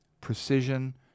precision